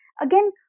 again